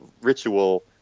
ritual